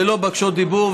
ללא בקשות דיבור,